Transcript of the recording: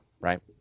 right